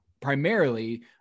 primarily